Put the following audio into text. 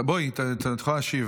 בואי, את יכולה להשיב.